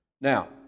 Now